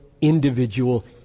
individual